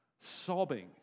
sobbing